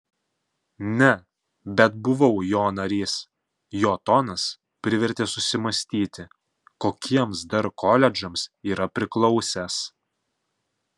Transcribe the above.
ne bet buvau jo narys jo tonas privertė susimąstyti kokiems dar koledžams yra priklausęs